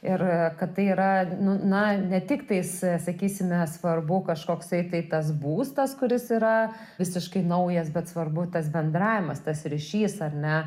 ir kad tai yra na ne tiktais sakysime svarbu kažkoksai tai tas būstas kuris yra visiškai naujas bet svarbu tas bendravimas tas ryšys ar ne